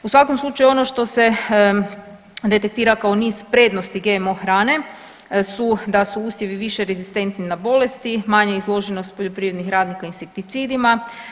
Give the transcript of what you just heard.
U svakom slučaju ono što se detektira kao niz prednosti GMO hrane su da su usjevi više rezistentni na bolesti, manja izloženost poljoprivrednih radnika insekticidima.